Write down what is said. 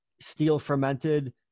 steel-fermented